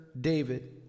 David